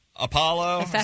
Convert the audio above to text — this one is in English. Apollo